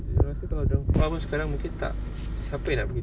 you rasa kalau dia orang keluar pun sekarang mungkin tak siapa yang nak pergi